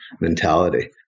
mentality